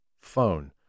phone